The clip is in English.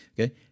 Okay